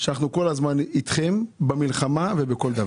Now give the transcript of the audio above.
שאנחנו כל הזמן אתכם במלחמה ובכל דבר.